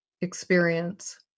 experience